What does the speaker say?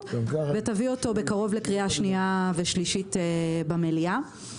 ותביא אותו לקריאה שנייה ושלישית במליאה.